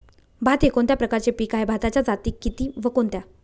भात हे कोणत्या प्रकारचे पीक आहे? भाताच्या जाती किती व कोणत्या?